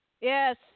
Yes